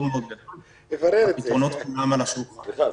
על השולחן.